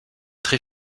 très